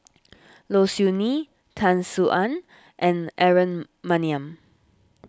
Low Siew Nghee Tan Sin Aun and Aaron Maniam